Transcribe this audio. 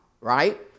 right